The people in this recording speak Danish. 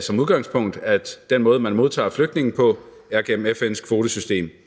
som udgangspunkt, at den måde, man modtager flygtninge på, er gennem FN's kvotesystem.